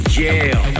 jail